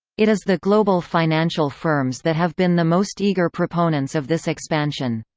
it is the global financial firms that have been the most eager proponents of this expansion.